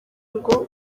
ngo